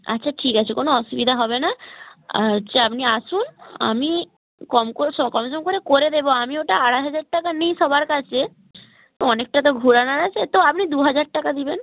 আচ্ছা ঠিক আছে কোনও অসুবিধা হবে না হচ্ছে আপনি আসুন আমি কম কোস কম সম করে করে দেব আমি ওটা আড়াই হাজার টাকা নিই সবার কাছে তো অনেকটা তো ঘোরানোর আছে তো আপনি দু হাজার টাকা দেবেন